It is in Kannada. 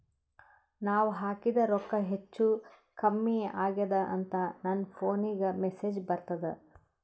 ನಾವ ಹಾಕಿದ ರೊಕ್ಕ ಹೆಚ್ಚು, ಕಮ್ಮಿ ಆಗೆದ ಅಂತ ನನ ಫೋನಿಗ ಮೆಸೇಜ್ ಬರ್ತದ?